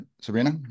sabrina